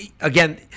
again